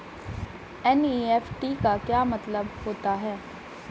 NEFT का मतलब क्या होता है?